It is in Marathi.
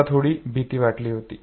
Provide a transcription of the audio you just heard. मला थोडी भीती वाटली होती